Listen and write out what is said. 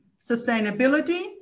sustainability